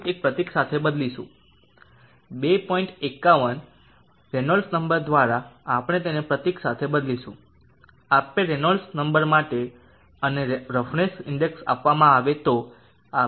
51 Reynolds number દ્વારા આપણે તેને એક પ્રતીક સાથે બદલીશું આપેલ રેનોલ્ડ્સ નંબર માટે અને રફનેસ ઇન્ડેક્સ આપવામાં આવે તો આ 2